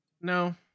No